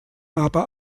aber